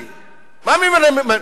מה אתם מממנים?